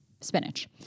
spinach